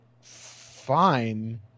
fine